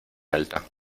alta